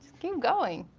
keep going.